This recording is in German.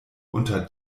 unter